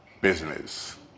business